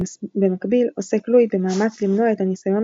במקביל עוסק לואי במאמץ למנוע את הניסיון